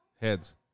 Heads